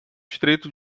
estreito